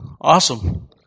Awesome